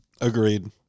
Agreed